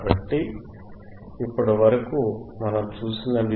కాబట్టి ఇప్పటి వరకు మనం చూసినవి